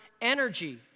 energy